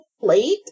plate